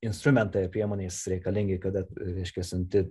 instrumentai priemonės reikalingi kada reiškia siunti